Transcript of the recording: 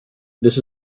this